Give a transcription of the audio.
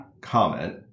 comment